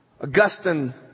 Augustine